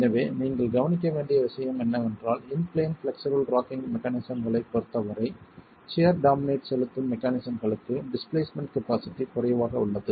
எனவே நீங்கள் கவனிக்க வேண்டிய விஷயம் என்னவென்றால் இன் பிளேன் ஃப்ளெக்சுரல் ராக்கிங் மெக்கானிஸம்களைப் பொறுத்தவரை சியர் டாமினேட் செலுத்தும் மெக்கானிஸம்களுக்கு டிஸ்பிளேஸ்மென்ட் கபாஸிட்டி குறைவாக உள்ளது